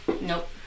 Nope